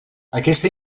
aquesta